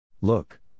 Look